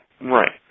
Right